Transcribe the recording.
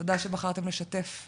תודה שבחרתן לשתף אותנו.